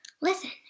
Listen